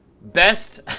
Best